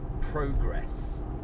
progress